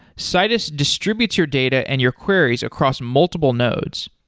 citus distributes your data and your queries across multiple nodes.